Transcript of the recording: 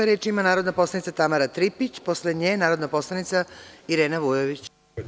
Reč ima narodna poslanica Tamara Tripić, a posle nje narodna poslanica Irena Vujović.